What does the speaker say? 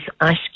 ice